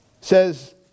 says